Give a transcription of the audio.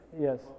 yes